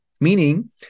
meaning